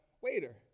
waiter